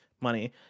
money